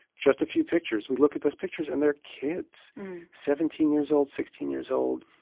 just a few pictures we look at those pictures, and they're kids seventeen years old, sixteen years old,